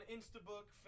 Instabook